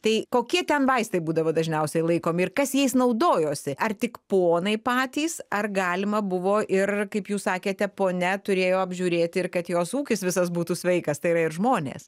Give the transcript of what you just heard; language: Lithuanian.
tai kokie ten vaistai būdavo dažniausiai laikomi ir kas jais naudojosi ar tik ponai patys ar galima buvo ir kaip jūs sakėte ponia turėjo apžiūrėti ir kad jos ūkis visas būtų sveikas tai yra ir žmonės